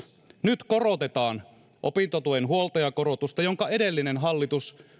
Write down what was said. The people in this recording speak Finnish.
nyt korotetaan opintotuen huoltajakorotusta jonka edellinen hallitus